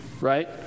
right